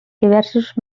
diversos